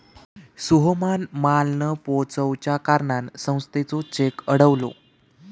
सोहमान माल न पोचवच्या कारणान संस्थेचो चेक अडवलो